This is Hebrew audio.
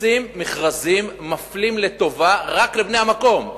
עושים מכרזים מפלים לטובה, רק לבני המקום.